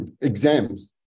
Exams